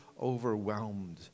overwhelmed